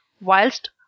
whilst